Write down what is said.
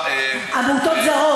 רק שנייה, רויטל.